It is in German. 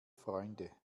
freunde